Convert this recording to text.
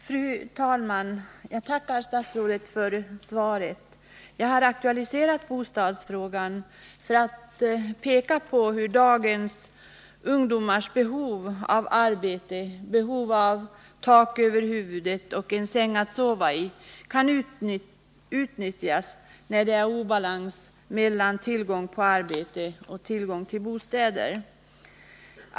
Fru talman! Jag tackar statsrådet för svaret. Jag har aktualiserat bostadsfrågan för att peka på hur ungdomars behov av arbete, tak över huvudet och en säng att sova i kan utnyttjas när det är obalans mellan tillgång på arbete och tillgång till bostäder.